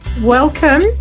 Welcome